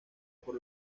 por